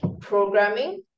programming